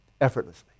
effortlessly